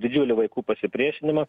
didžiulį vaikų pasipriešinimą